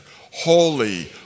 Holy